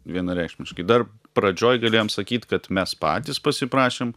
vienareikšmiškai dar pradžioj galėjom sakyt kad mes patys pasiprašėm